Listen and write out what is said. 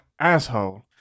asshole